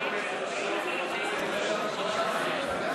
אם אפשר, לשים אותם על השולחן.